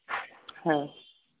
হ্যাঁ